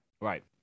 Right